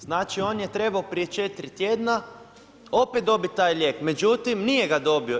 Znači on je trebao prije 4 tjedna opet dobiti taj lijek, međutim nije ga dobio.